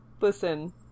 Listen